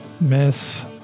Miss